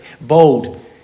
bold